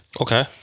Okay